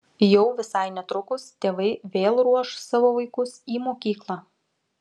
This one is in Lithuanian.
jau visai netrukus tėvai vėl ruoš savo vaikus į mokyklą